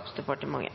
hatt uklare og